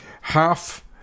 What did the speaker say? Half